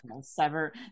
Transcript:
sever